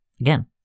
again